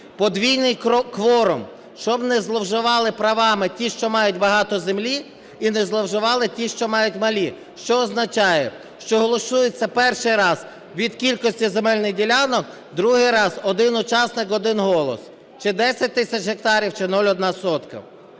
Подвійний кворум, щоб не зловживали правами ті, що мають багато землі, і не зловживали ті, що мають малі. Що означає? Що голосується перший раз від кількості земельних ділянок, другий раз - один учасник – один голос. Чи 10 тисяч гектарів, чи 0,1 сотка.